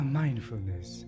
mindfulness